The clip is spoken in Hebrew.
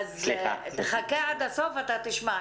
תחכה עד הסוף ותשמע.